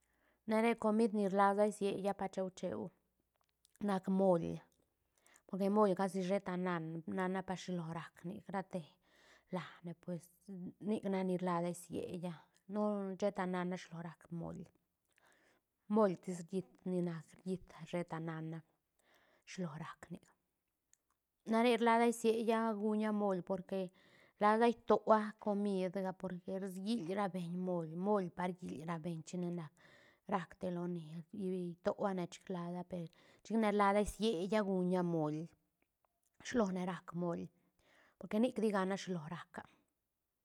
Na re comid ni rlasa siella cheu cheu nac moil porque moil casi sheta nan- nanapa shilo rac nic rate lane pues nic nac ni rlasa siella no sheta na na shilo rac moil moil tis riit ni nac riit sheta na na shilo rac nik na re lasa siella guña moil porque lasa itoa comidga porque sril ra beñ moil moil pa riil ra beñ china nac rac te loni i- itoane chic lasa per chicane rlasa siella guña moil shilone rac moil porque nic tigana shilo rac a.